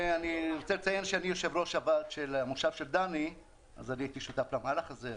אני יושב-ראש הוועד של המושב של דני והייתי שותף למהלך הזה.